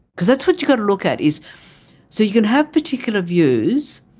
cause that's what you got to look at is so you can have particular views,